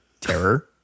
Terror